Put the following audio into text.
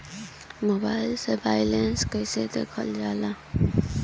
Mobile से balance कइसे देखल जाला?